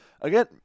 Again